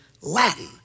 Latin